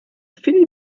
viel